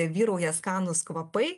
vyrauja skanūs kvapai